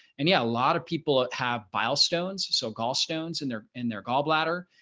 and yeah, a lot of people have milestones so gallstones in their in their gallbladder,